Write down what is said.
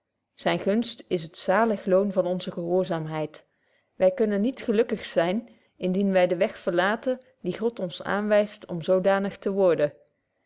zyne gunst is het zalig loon van onze gehoorzaamheid wy kunnen niet gelukkig zyn indien wy den weg verlaten die god ons aanwyst om zodanig te worden